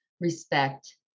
respect